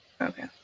Okay